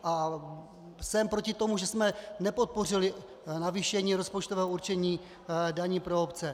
A jsem proti tomu, že jsme nepodpořili navýšení rozpočtového určení daní pro obce.